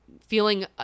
feeling